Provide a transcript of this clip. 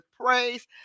praise